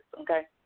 okay